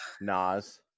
Nas